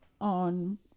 on